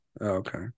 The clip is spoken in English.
Okay